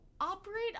Operate